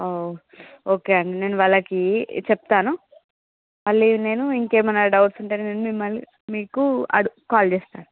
okay అండి నేను వాళ్ళకీ చెప్తాను మళ్ళీ నేను ఇంకేమన్నా డౌట్స్ ఉంటే మిమ్మల్ని మీకు అడు కాల్ చేస్తాను